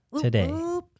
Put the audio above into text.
today